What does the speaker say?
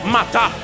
Mata